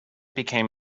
became